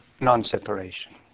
non-separation